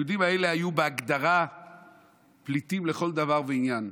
היהודים האלה היו בהגדרה פליטים לכל דבר ועניין.